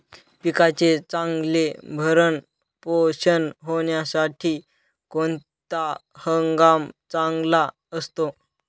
पिकाचे चांगले भरण पोषण होण्यासाठी कोणता हंगाम चांगला असतो?